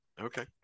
Okay